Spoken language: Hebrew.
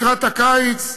לקראת הקיץ.